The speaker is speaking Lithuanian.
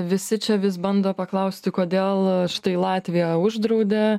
visi čia vis bando paklausti kodėl štai latvija uždraudė